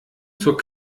zur